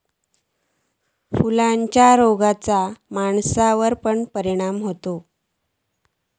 फुलांच्या रोगाचो माणसावर पण परिणाम होता